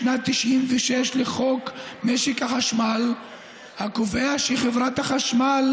משנת 1996 לחוק משק החשמל קובע שחברת החשמל